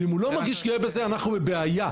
ואם הוא לא מרגיש גאה בזה, אנחנו כחברה בבעיה.